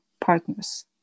partners